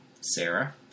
Sarah